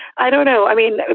i don't know. i mean,